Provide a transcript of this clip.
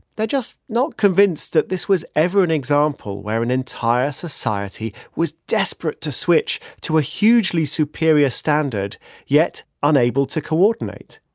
they're just not convinced that this was ever an example example where an entire society was desperate to switch to a hugely superior standard yet unable to coordinate.